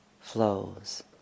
flows